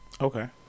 Okay